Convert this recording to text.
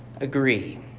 agree